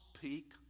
peak